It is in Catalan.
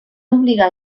obligar